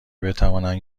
بتوانند